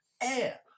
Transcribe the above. air